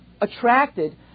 attracted